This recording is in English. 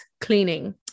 cleaning